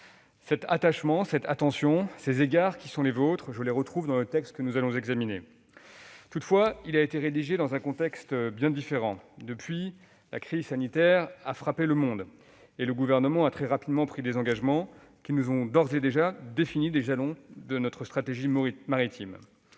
Cet attachement, cette attention, ces égards qui sont les vôtres, je les retrouve dans le texte que nous allons examiner. Toutefois, celui-ci a été rédigé dans un contexte bien différent. Depuis, la crise sanitaire a frappé le monde. Le Gouvernement a très rapidement pris des engagements, qui ont d'ores et déjà défini les jalons de notre stratégie maritime.